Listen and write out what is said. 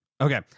Okay